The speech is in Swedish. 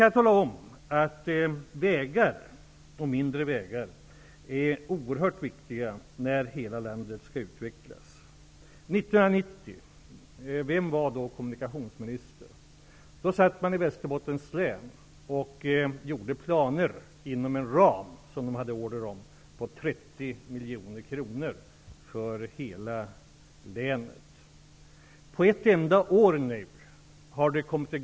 Vägar och speciellt mindre vägar är oerhört viktiga när hela landet skall utvecklas. Vem var kommunikationsminister år 1990? Då satt man i 30 miljoner kronor för hela länet som man hade order om.